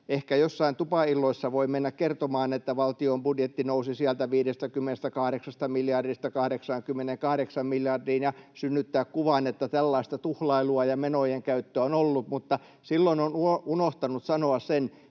ehkä joissain tupailloissa voi mennä kertomaan, että valtion budjetti nousi sieltä 58 miljardista 88 miljardiin, ja synnyttää kuvan, että tällaista tuhlailua ja menojen käyttöä on ollut, mutta silloin on unohtanut sanoa sen,